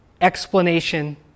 explanation